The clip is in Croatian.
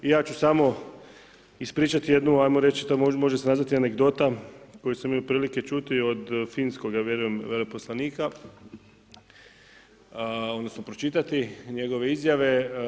I ja ću samo ispričati jednu, ajmo reći to može se nazvati anegdota koju sam imao prilike čuti od finskoga veleposlanika, odnosno pročitati njegove izjave.